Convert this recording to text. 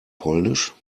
polnisch